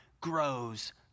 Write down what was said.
grows